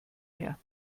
mehr